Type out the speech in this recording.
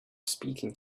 speaking